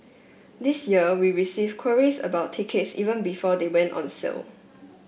this year we received queries about tickets even before they went on sale